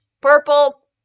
purple